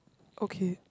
okay